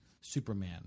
Superman